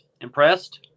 impressed